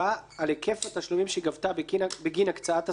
על היקף התשלומים שגבתה בגין הקצאת הזכויות,